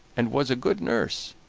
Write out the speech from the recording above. and was a good nurse,